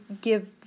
give